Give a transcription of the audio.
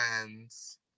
friend's